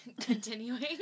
Continuing